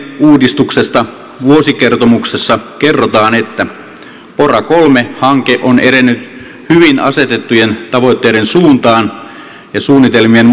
hallintorakenneuudistuksesta vuosikertomuksessa kerrotaan että pora iii hanke on edennyt hyvin asetettujen tavoitteiden suuntaan ja suunnitelmien mukaan